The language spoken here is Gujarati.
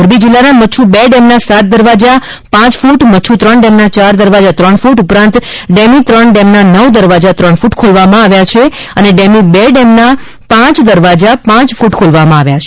મોરબી જિલ્લાના મચ્છુ બે ડેમના સાત દરવાજા પાંચ ફૂટ મચ્છુ ત્રણ ડેમના ચાર દરવાજા ત્રણ ફૂટ ઉપરાંત ડેમી ત્રણ ડેમના નવ દરવાજા ત્રણ ફૂટ ખોલવામાં આવ્યા છે અને ડેમી બે ડેમના પાંચ દરવાજા પાંચ ફૂટ ખોલવામાં આવ્યા છે